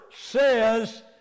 says